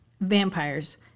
Vampires